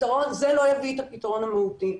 זה לא יביא את הפתרון המהותי.